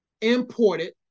imported